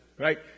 Right